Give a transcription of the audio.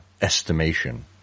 estimation